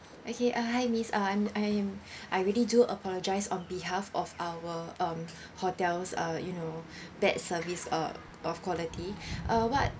okay uh hi miss uh I'm I'm I really do apologise on behalf of our um hotel's uh you know bad service uh of quality uh what